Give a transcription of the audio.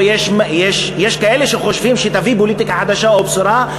או שיש כאלה שחושבים שהיא תביא פוליטיקה חדשה או בשורה,